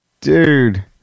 dude